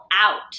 out